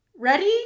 Ready